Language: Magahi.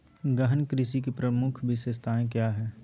गहन कृषि की प्रमुख विशेषताएं क्या है?